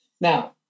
Now